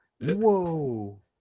Whoa